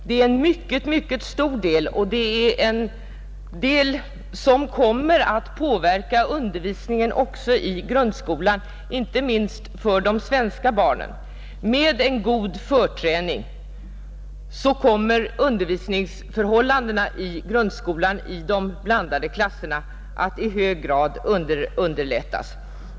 Det är en mycket stor del, och det är en andel som kommer att påverka undervisningen också i grundskolan inte minst för de svenska barnen. Med en god förträning kommer undervisningsförhållandena i de blandade klasserna i grundskolan att i hög grad underlättas.